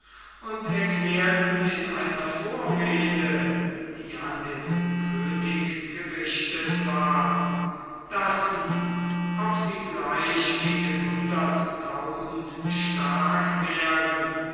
und erklärten in einer vorrede die an den könig gerichtet war daß sie ob sie gleich gegen hunderttausend stark wären